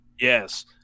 Yes